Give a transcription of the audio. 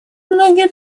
многие